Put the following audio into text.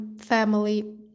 family